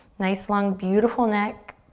nice long, beautiful neck.